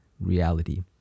reality